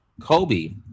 Kobe